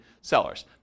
sellers